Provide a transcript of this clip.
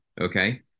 Okay